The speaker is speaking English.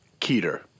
Keter